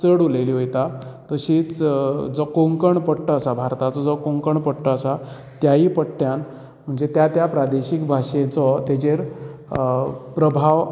चड उलयली वता तशींच जो कोंकण पट्टो आसा भारताचो जो कोंकण पट्टो आसा त्यायी पट्ट्यान म्हणजे त्या त्या प्रदेशान त्या त्या प्रादेशीक भाशेचो तेजेर प्रभाव